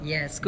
Yes